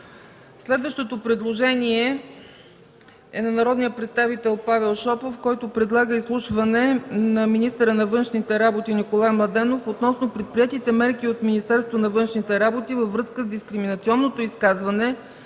Следващото предложение е от народния представител Павел Шопов, който предлага изслушване на министъра на външните работи Николай Младенов относно предприетите мерки от Министерството на външните работи във връзка с дискриминационното изказване